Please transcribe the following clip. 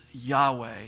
Yahweh